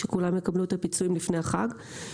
שכולם יקבלו את הפיצויים לפני החג.